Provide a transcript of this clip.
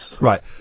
Right